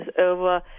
over